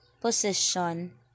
position